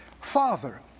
Father